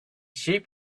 sheep